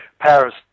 Paris